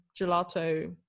gelato